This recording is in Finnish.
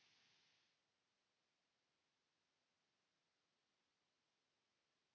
Kiitos.